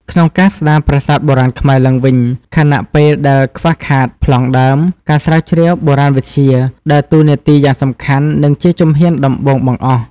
ក្នុងការស្ដារប្រាសាទបុរាណខ្មែរឡើងវិញ ខណៈពេលដែលខ្វះខាតប្លង់ដើម ការស្រាវជ្រាវបុរាណវិទ្យា ដើរតួនាទីយ៉ាងសំខាន់ និងជាជំហានដំបូងបង្អស់។